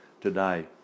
today